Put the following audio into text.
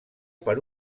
per